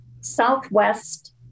southwest